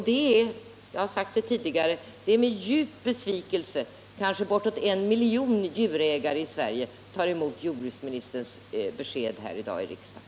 Det är — det har jag sagt tidigare — med djup besvikelse bortåt en miljon djurägare i Sverige tar emot jordbruksministerns besked i dag i riksdagen.